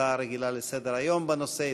הצעה רגילה לסדר-היום בנושא,